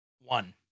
one